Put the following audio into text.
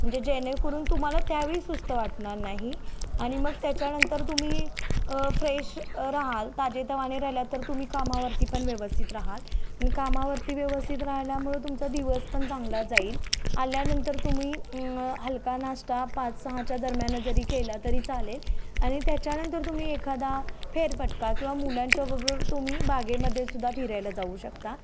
म्हणजे जेणेकरून तुम्हाला त्यावेळी सुस्त वाटणार नाही आणि मग त्याच्यानंतर तुम्ही फ्रेश राहाल ताजेतवाने राहिलात तर तुम्ही कामावरती पण व्यवस्थित राहाल आणि कामावरती व्यवस्थित राहाल्यामुळे तुमचा दिवस पण चांगला जाईल आल्यानंतर तुम्ही हलका नाश्ता पाच सहाच्या दरम्यान जरी केला तरी चालेल आणि त्याच्यानंतर तुम्ही एखादा फेरपटका किंवा मुलांच्याबरोबर तुम्ही बागेमध्ये सुद्धा फिरायला जाऊ शकता